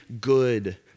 good